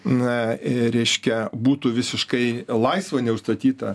na reiškia būtų visiškai laisva neužstatyta